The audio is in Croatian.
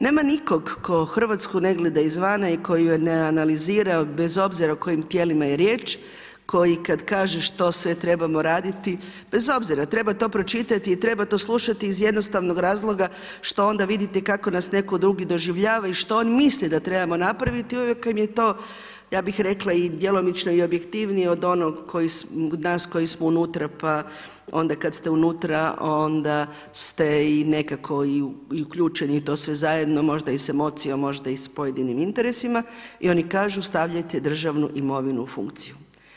Nema nikog tko Hrvatsku ne gleda izvana i koji joj ne analizira bez obzira o kojim tijelima je riječ koji kada kaže što sve trebamo raditi bez obzira, treba to pročitati i treba to slušati što onda vidite kako nas neko drugi doživljava i što on misli da trebamo napraviti i ovi kojima je to ja bih rekla i djelomično objektivnije od nas koji smo unutra pa onda kada ste unutra onda ste i nekako uključeni u to sve zajedno, možda i s emocijom, možda i s pojedinim interesima i oni kažu stavljajte državnu imovinu u funkciju.